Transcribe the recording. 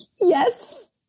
Yes